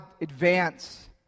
advance